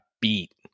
beat